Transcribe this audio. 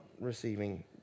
receiving